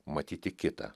matyti kitą